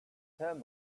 turn